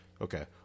Okay